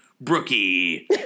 Brookie